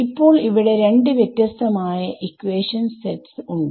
ഇപ്പോൾ ഇവിടെ രണ്ട് വ്യത്യസ്തമായ ഇക്വാഷൻ സെട്സ് ഉണ്ട്